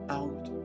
out